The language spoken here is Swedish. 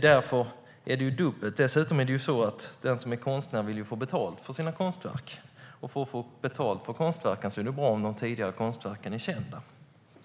Därför är det dubbelt. Dessutom är det så att den som är konstnär vill få betalt för sina konstverk. För att få betalt för konstverken är det bra om de tidigare konstverken är kända.